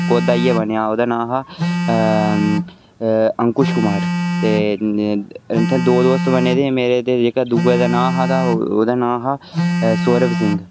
जेह्का उ'त्थें कुद आइयै बनेआ हा ओह्दा नांऽ हा अंकुश कुमार ते इ'त्थें दो दोस्त बने दे हे मेरे ते जेह्के दूऐ दा नांऽ हा ते ओह्दा नांऽ हा सौरभ सिंह